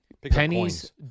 pennies